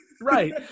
right